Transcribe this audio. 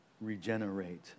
regenerate